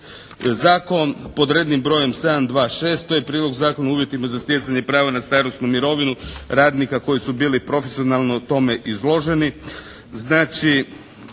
Zakon pod rednim brojem 726, to je Prijedlog Zakona o uvjetima za stjecanje prava na starosnu mirovinu radnika koji su bili profesionalno tome izloženi. Znači